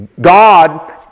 God